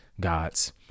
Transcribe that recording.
gods